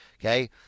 Okay